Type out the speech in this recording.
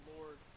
Lord